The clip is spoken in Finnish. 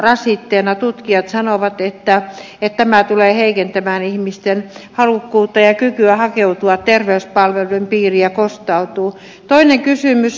tutkijat sanovat että tämä tulee heikentämään ihmisten halukkuutta ja kykyä hakeutua terveyspalveluiden piiriin ja kostautuu